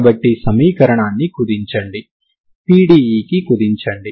కాబట్టి సమీకరణాన్ని కుదించండి PDEని కుదించండి